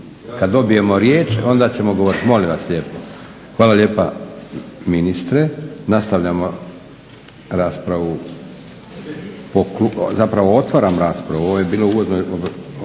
Kada dobijemo riječ onda ćemo govoriti, molim vas lijepo. Hvala lijepa ministre. Nastavljamo raspravu. Zapravo otvaram raspravu. Ovo je bilo uvodno